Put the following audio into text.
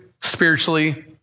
spiritually